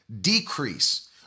decrease